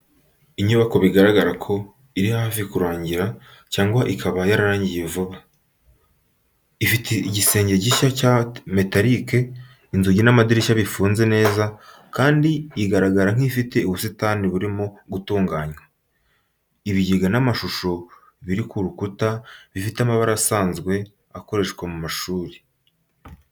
Inyubako bigaragara ko iri hafi kurangira cyangwa ikaba yarangiye vuba. Ifite igisenge gishya cya metarike, inzugi n'amadirishya bifunze neza, kandi igaragara nk'ifite ubusitani burimo gutunganywa. Ibigega n’amashusho biri ku rukuta bifite amabara asanzwe akoreshwa mu mashuri.